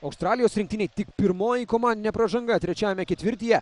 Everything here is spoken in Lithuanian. australijos rinktinei tik pirmoji komandinė pražanga trečiajame ketvirtyje